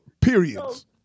Periods